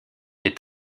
est